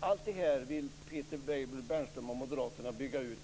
Allt det här vill Peter Weibull Bernström och moderaterna bygga ut.